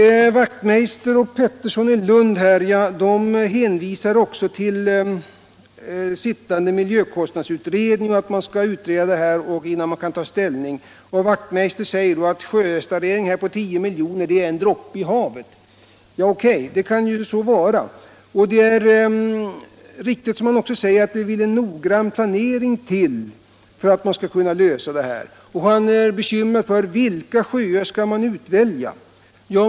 Herrar Wachtmeister och Pettersson i Lund hänvisar till sittande miljökostnadsutredning och säger att detta skall utredas innan man kan ta ställning. Herr Wachtmeister säger att sjösanering för 10 milj.kr. är en droppe i havet. Ja, det kan ju så vara. Det är riktigt som han också säger, att det behövs en noggrann planering för att man skall kunna lösa problemet. Han är bekymrad när det gäller vilka sjöar man skall utvälja.